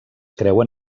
creuen